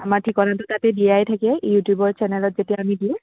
আমাৰ ঠিকনাটো তাতে দিয়াই থাকে ইউটিউবৰ চেনেলত যেতিয়া আমি দিওঁ